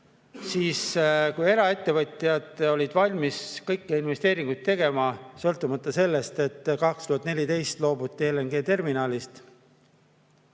Siis, kui eraettevõtjad olid valmis kõiki investeeringuid tegema, sõltumata sellest, et 2014 loobuti LNG terminalist,